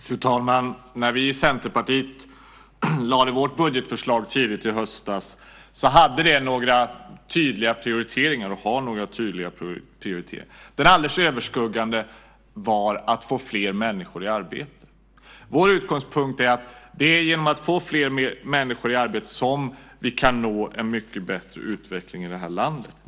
Fru talman! När vi i Centerpartiet lade fram vårt budgetförslag tidigt i höstas hade det några tydliga prioriteringar. Den alldeles överskuggande prioriteringen är att få fler människor i arbete. Vår utgångspunkt är att det är genom att få fler människor i arbete som vi kan nå en mycket bättre utveckling i landet.